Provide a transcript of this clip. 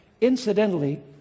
Incidentally